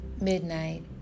Midnight